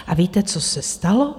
A víte, co se stalo?